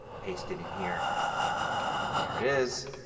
paste it in here and there it is.